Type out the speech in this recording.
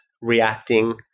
reacting